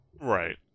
right